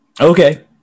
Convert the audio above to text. Okay